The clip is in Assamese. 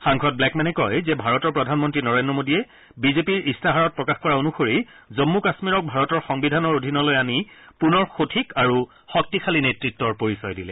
সাংসদ ব্লেকমেনে কয় যে ভাৰতৰ প্ৰধানমন্ত্ৰী নৰেন্দ্ৰ মোদীয়ে বিজেপিৰ ইস্তাহাৰত প্ৰকাশ কৰা অনুসৰি জম্মু কাশ্মীৰক ভাৰতৰ সংবিধানৰ অধীনলৈ আনি পুনৰ সঠিক আৰু শক্তিশালী নেতত্বৰ পৰিচয় দিলে